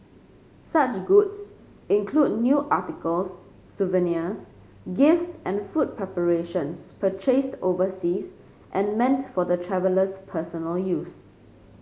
such goods include new articles souvenirs gifts and food preparations purchased overseas and meant for the traveller's personal use